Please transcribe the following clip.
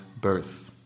birth